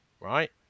right